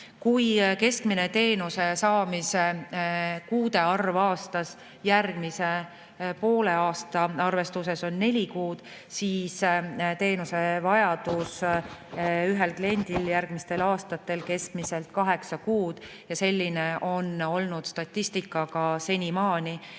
Kui keskmine teenuse saamise kuude arv aastas järgmise poole aasta arvestuses on neli kuud, siis teenuse vajadus ühel kliendil järgmistel aastatel on keskmiselt kaheksa kuud. Selline on olnud ka senine